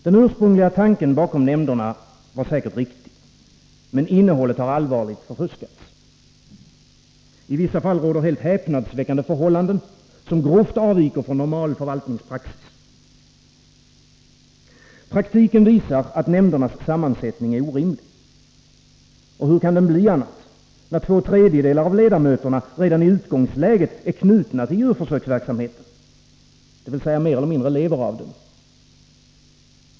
Den ursprungliga tanken bakom nämnderna var säkert riktig, men innehållet har allvarligt förfuskats. I vissa fall råder helt häpnadsväckande förhållanden, , som grovt avviker från normal förvaltningspraxis. Praktiken visar att nämndernas sammansättning är orimlig. Och hur kan den bli annat, när två tredjedelar av ledamöterna redan i utgångsläget är knutna till djurförsöksverksamheten — dvs. mer eller mindre lever av den?